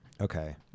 okay